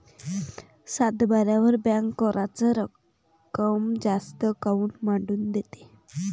सातबाऱ्यावर बँक कराच रक्कम जास्त काऊन मांडून ठेवते?